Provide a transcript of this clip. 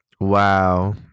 Wow